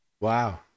wow